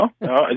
no